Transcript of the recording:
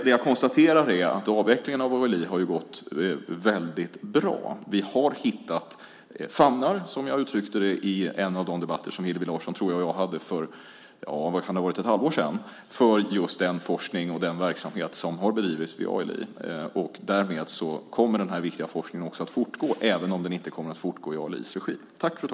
Det jag konstaterar är att avvecklingen av ALI har gått väldigt bra. Vi har hittat "famnar", som jag uttryckte det i en av de debatter som Hillevi Larsson och jag, tror jag, hade för ett halvår sedan, för just den forskning och den verksamhet som har bedrivits vid ALI. Därmed kommer den här viktiga forskningen också att fortgå även om den inte kommer att fortgå i ALI:s regi.